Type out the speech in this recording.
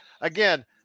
Again